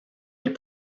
les